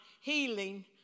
Healing